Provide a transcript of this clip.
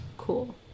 cool